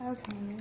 Okay